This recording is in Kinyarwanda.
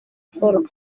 paul